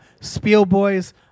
Spielboys